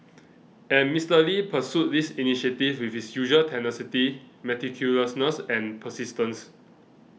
and Mister Lee pursued this initiative with his usual tenacity meticulousness and persistence